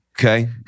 Okay